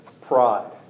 pride